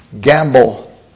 gamble